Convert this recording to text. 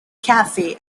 cafe